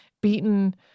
beaten